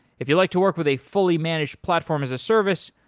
if you like to work with a fully-managed platform as a service,